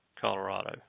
Colorado